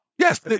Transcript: Yes